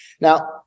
Now